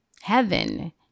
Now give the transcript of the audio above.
heaven